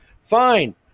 Fine